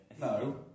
no